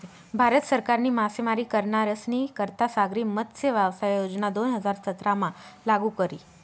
भारत सरकारनी मासेमारी करनारस्नी करता सागरी मत्स्यव्यवसाय योजना दोन हजार सतरामा लागू करी